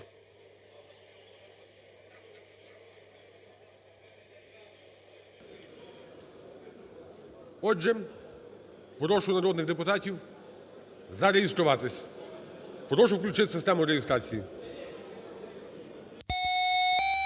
Отже, прошу народних депутатів зареєструватись. Прошу включити систему реєстрації.